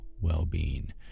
well-being